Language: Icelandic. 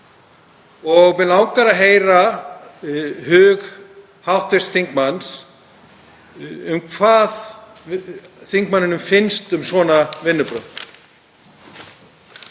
Mig langar að heyra hug hv. þingmanns, hvað þingmanninum finnst um svona vinnubrögð.